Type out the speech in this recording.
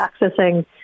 accessing